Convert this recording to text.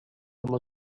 uma